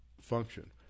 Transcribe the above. function